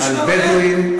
על בדואים,